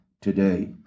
today